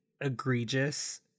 egregious